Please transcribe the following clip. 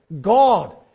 God